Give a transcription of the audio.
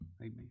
Amen